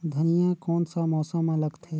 धनिया कोन सा मौसम मां लगथे?